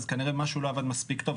כנראה משהו לא עבד מספיק טוב.